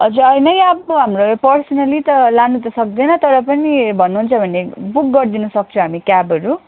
हजुर होइन यो अब हाम्रो पर्सनल्ली त लानु त सक्दैन तर पनि भन्नु हुन्छ भने बुक गरिदिन सक्छौँ हामी क्याबहरू